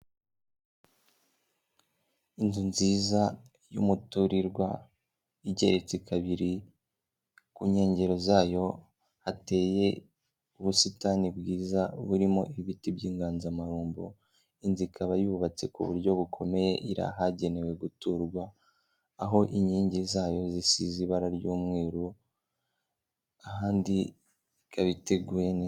Inzu nziza y'umuturirwa igeretse kabiri, ku nkengero zayo hateye ubusitani bwiza burimo ibiti by'inganzamarumbo, inzu ikaba yubatse ku buryo bukomeye, iri ahagenewe guturwa, aho inkingi zayo zisize ibara ry'umweru, ahandi ikaba iteguye neza.